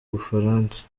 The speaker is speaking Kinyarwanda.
bufaransa